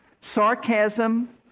sarcasm